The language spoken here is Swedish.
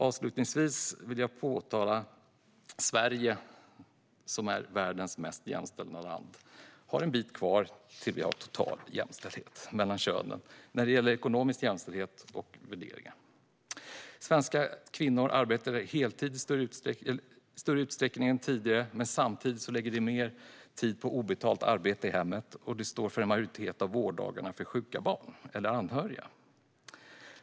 Avslutningsvis vill jag påtala att Sverige, som är världens mest jämställda land, har en bit kvar till total jämställdhet mellan könen när det gäller ekonomisk jämställdhet och värderingar. Svenska kvinnor arbetar heltid i större utsträckning än tidigare. Men samtidigt lägger de mer tid på obetalt arbete i hemmet, och de står för en majoritet av vårddagarna för sjuka barn eller anhöriga.